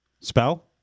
Spell